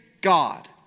God